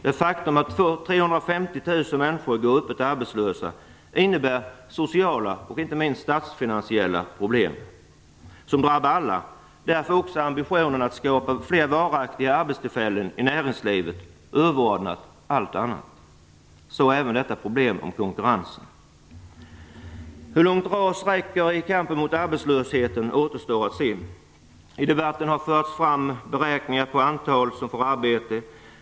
Det faktum att 350 000 människor går öppet arbetslösa innebär sociala och inte minst statsfinansiella problem som drabbar alla. Därför är också ambitionen att skapa fler varaktiga arbetstillfällen i näringslivet överordnad allt annat. Så även problemet om konkurrensen. Det återstår att se hur långt RAS räcker i kampen mot arbetslösheten. I debatten har förts fram beräkningar på antal som får arbete.